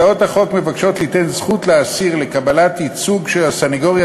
הצעות החוק מבקשות ליתן זכות לאסיר בקבלת ייצוג של הסנגוריה